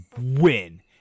win